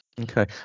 okay